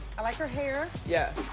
i like her hair. yeah,